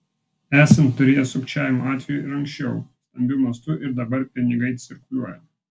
esam turėję sukčiavimo atvejų ir anksčiau stambiu mastu ir dabar pinigai cirkuliuoja